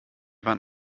waren